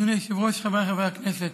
אדוני היושב-ראש, חבריי חברי הכנסת,